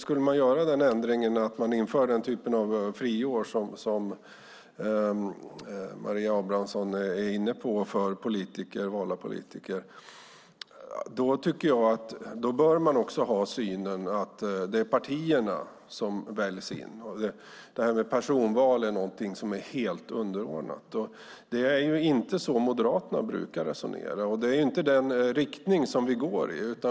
Skulle man göra den ändringen att man införde den typ av friår som Maria Abrahamsson är inne på för valda politiker bör man ha synen att det är partierna som väljs in och att det här med personval är någonting som är helt underordnat. Det är inte så Moderaterna brukar resonera. Det är inte den riktning vi går i.